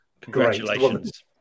congratulations